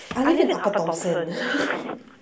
I live in upper Thomson